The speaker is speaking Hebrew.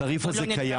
התעריף הזה קיים.